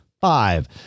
Five